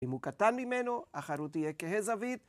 אם הוא קטן ממנו, החרוט יהיה קהה זווית.